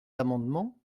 amendements